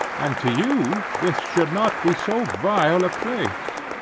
and to you, this should not be so vile a place.